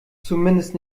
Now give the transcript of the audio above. zumindest